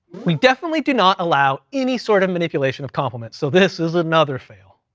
we definitely do not allow any sort of manipulation of compliments. so this is another fail.